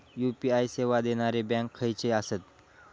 UPI सेवा देणारे bank खयचे आसत?